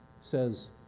says